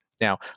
Now